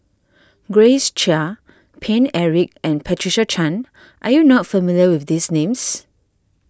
Grace Chia Paine Eric and Patricia Chan are you not familiar with these names